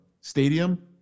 stadium